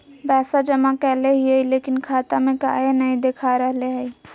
पैसा जमा कैले हिअई, लेकिन खाता में काहे नई देखा रहले हई?